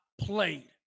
played